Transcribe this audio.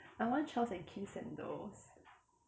I want charles and keith sandals